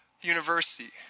university